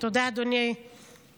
תודה, אדוני היושב-ראש.